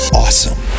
awesome